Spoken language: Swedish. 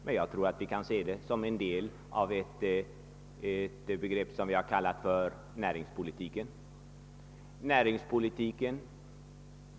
Men jag tror att vi kan se den som en del av det begrepp som vi har kallat för näringspolitiken.